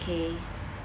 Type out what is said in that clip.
okay